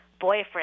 boyfriend